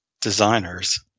designers